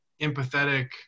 empathetic